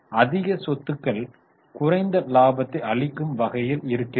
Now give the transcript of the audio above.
அதிக சொத்துக்கள் குறைந்த லாபத்தை அளிக்கும் வகையில் இருக்கிறது